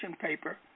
paper